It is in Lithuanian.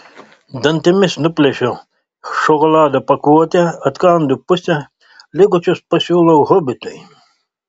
dantimis nuplėšiu šokolado pakuotę atkandu pusę likučius pasiūlau hobitui